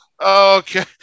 Okay